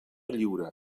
lliure